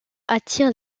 attire